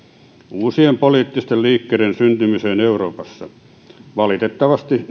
uusien poliittisten liikkeiden syntymiseen euroopassa valitettavasti